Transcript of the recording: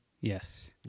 Yes